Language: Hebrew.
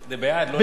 זה בעד, לא נגד.